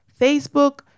Facebook